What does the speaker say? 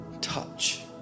touch